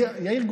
כן.